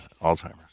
Alzheimer's